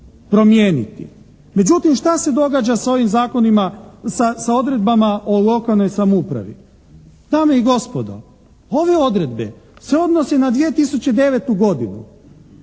promijeniti. Međutim, šta se događa sa ovim zakonima, sa odredbama o lokalnoj samoupravi? Dame i gospodo, ove odredbe se odnose na 2009. godinu.